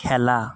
খেলা